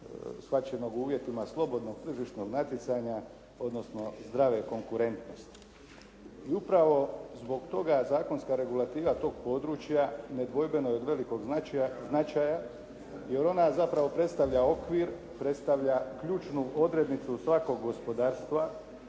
shvaćenog u uvjetima slobodnog tržišnog natjecanja, odnosno zdrave konkurentnosti. I upravo zbog toga zakonska regulativa tog područja nedvojbeno je od velikog značaja jer ona zapravo predstavlja okvir, predstavlja ključnu odrednicu svakog gospodarstva